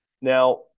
Now